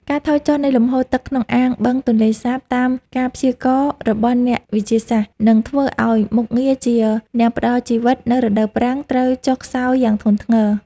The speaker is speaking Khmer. ការថយចុះនៃលំហូរទឹកក្នុងអាងបឹងទន្លេសាបតាមការព្យាករណ៍របស់អ្នកវិទ្យាសាស្ត្រ នឹងធ្វើឱ្យមុខងារជា អ្នកផ្តល់ជីវិត នៅរដូវប្រាំងត្រូវចុះខ្សោយយ៉ាងធ្ងន់ធ្ងរ